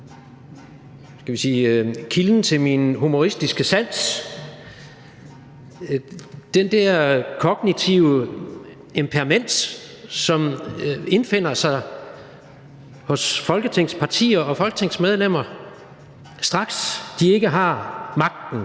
beslutning. En kilde til min humoristiske sans er her den der kognitive impermanens, som indfinder sig i folketingspartier og hos folketingsmedlemmer, straks de ikke har magten